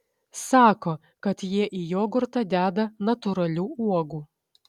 sako kad jie į jogurtą deda natūralių uogų